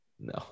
No